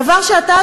דבר שאתה,